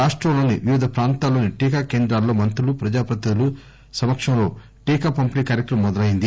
రాష్టంలోని వివిధ ప్రాంతాల్లోని టీకా కేంద్రాల్లో మంత్రులు ప్రజా ప్రతినిధుల సమక్షంలో టీకా పంపిణీ కార్యక్రమం మొదలైంది